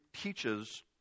teaches